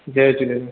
Jay Jhulelal